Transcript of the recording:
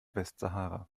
westsahara